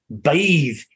bathe